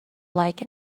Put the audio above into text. like